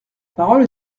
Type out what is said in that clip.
parole